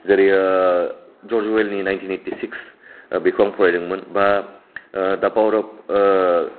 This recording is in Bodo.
जेरै ओ जर्जअर्वेलनि नाइनटिन एइटिसिक्स बेखौ आं फरायदोंमोन बा डा पावार अफ ओ